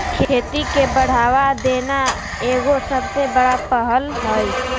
खेती के बढ़ावा देना एगो सबसे बड़ा पहल हइ